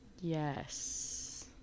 Yes